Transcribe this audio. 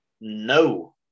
No